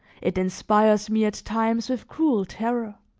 it inspires me at times with cruel terror